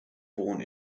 born